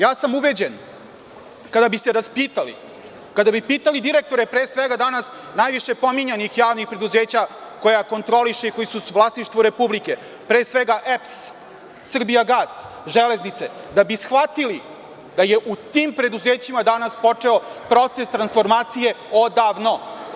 Ja sam ubeđen kada bi se raspitali, kada bi pitali direktore, pre svega, danas najviše pominjanih javnih preduzeća, koja kontroliše i koji su vlasništvo Republike, pre svega, EPS, „Srbijagas“, „Železnice“, da bi shvatili da je u tim preduzećima danas počeo proces transformacije odavno.